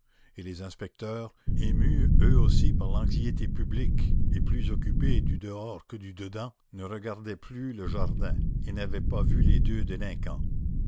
et les inspecteurs émus eux aussi par l'anxiété publique et plus occupés du dehors que du dedans ne regardaient plus le jardin et n'avaient pas vu les deux délinquants